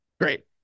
Great